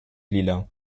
lila